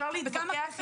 ואפשר להתווכח איתה.